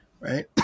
right